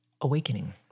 Awakening